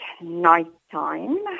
nighttime